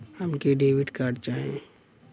हमके debit card चाही?